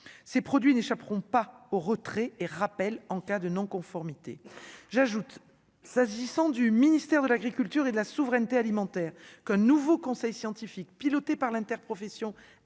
ces produits n'échapperont pas au retrait et rappel en cas de non-conformité, j'ajoute, s'agissant du ministère de l'Agriculture et de la souveraineté alimentaire que nouveau conseil scientifique piloté par l'interprofession